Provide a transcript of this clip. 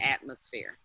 atmosphere